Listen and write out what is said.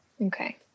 Okay